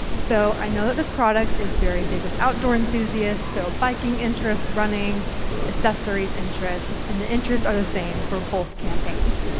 so i know that this product is very big with outdoor enthusiasts, so biking interests, running accessories interests, and the interests are the same for both campaigns.